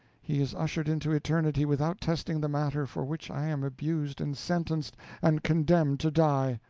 he is ushered into eternity without testing the matter for which i am abused and sentenced and condemned to die.